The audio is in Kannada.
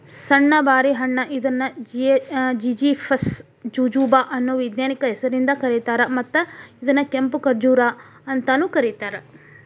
ಸಣ್ಣು ಬಾರಿ ಹಣ್ಣ ಇದನ್ನು ಜಿಝಿಫಸ್ ಜುಜುಬಾ ಅನ್ನೋ ವೈಜ್ಞಾನಿಕ ಹೆಸರಿಂದ ಕರೇತಾರ, ಮತ್ತ ಇದನ್ನ ಕೆಂಪು ಖಜೂರ್ ಅಂತಾನೂ ಕರೇತಾರ